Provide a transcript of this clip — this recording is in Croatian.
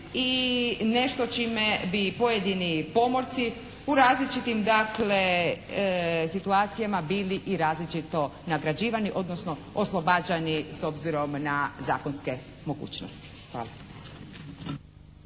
i nešto čime bi pojedini pomorci u različitim dakle situacijama bili i različito nagrađivani, odnosno oslobađani s obzirom na zakonske mogućnosti. Hvala.